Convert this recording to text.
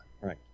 Right